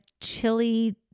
chili